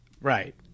Right